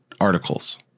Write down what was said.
articles